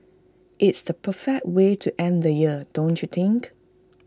it's the perfect way to end the year don't you think